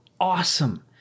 awesome